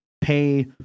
pay